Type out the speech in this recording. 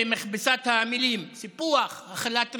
ומכבסת המילים: סיפוח, החלת ריבונות,